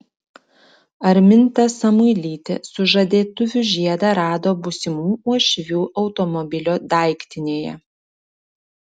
arminta samuilytė sužadėtuvių žiedą rado būsimų uošvių automobilio daiktinėje